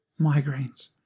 migraines